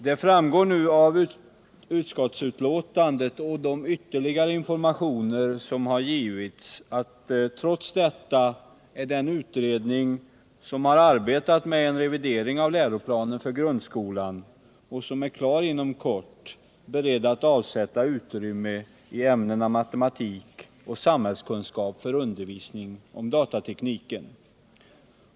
Det framgår av utskottsbetänkandet och av ytterligare informationer som har givits att den utredning som har arbetat med en revidering av läroplanen för grundskolan och som är klar inom kort ändå är beredd att avsätta utrymme i ämnena matematik och samhällskunskap för undervisning om datatekniken.